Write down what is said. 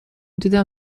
دیدم